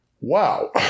Wow